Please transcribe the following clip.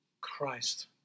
Christ